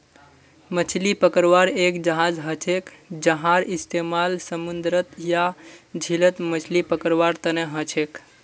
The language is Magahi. मछली पकड़वार एक जहाज हछेक जहार इस्तेमाल समूंदरत या झीलत मछली पकड़वार तने हछेक